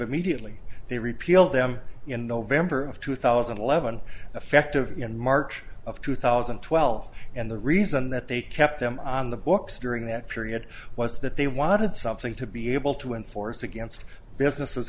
immediately they repealed them in november of two thousand and eleven effective in march of two thousand and twelve and the reason that they kept them on the books during that period was that they wanted something to be able to enforce against businesses